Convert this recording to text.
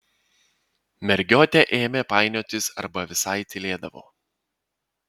mergiotė ėmė painiotis arba visai tylėdavo